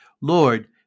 Lord